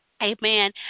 Amen